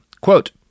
Quote